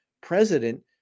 president